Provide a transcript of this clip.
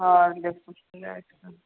और जब कुछ फ्लैट का